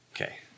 Okay